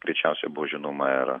greičiausiai buvo žinoma ir